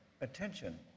attention